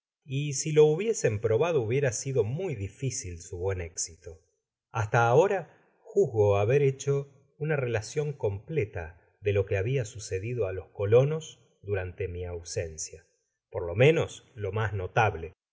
y si lo hubiesen probado hubiera sido muy difícil su buen éxito content from google book search generated at hasta ahora juzgo haber hecho una relacion completa de lo que habia sucedido á los colonos durante mi ausencia por lo menos lo mas notable